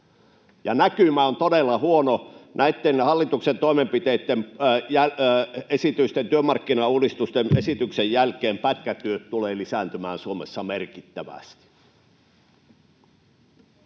näkymä on todella huono. Näitten hallituksen toimenpiteitten, esitysten, työmarkkinauudistusesitysten jälkeen pätkätyöt tulevat lisääntymään Suomessa merkittävästi.